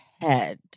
head